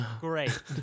Great